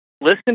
listen